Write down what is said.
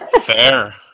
Fair